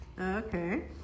Okay